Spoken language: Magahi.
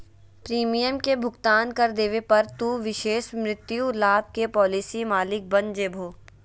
प्रीमियम के भुगतान कर देवे पर, तू विशेष मृत्यु लाभ के पॉलिसी मालिक बन जैभो